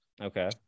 okay